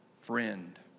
friend